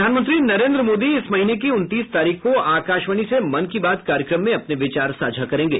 प्रधानमंत्री नरेन्द्र मोदी इस महीने की उनतीस तारीख को आकाशवाणी से मन की बात कार्यक्रम में अपने विचार साझा करेंगे